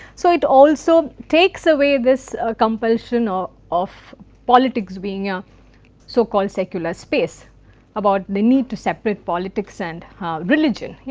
so it also takes away this compulsion of of politics being a so called secular space about the need to separate politics and religion. yeah